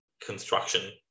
construction